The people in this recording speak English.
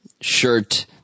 shirt